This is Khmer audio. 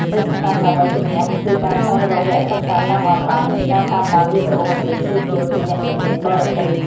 យុទ្ធសាស្ត្រដើម្បីជំនះគឺការស្វែងរកវគ្គសិក្សាតាមអនឡាញ និងការតាមដានវីដេអូបង្រៀនជួសជុលពីអ្នកជំនាញបរទេស។